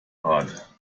part